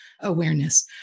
awareness